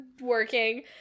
working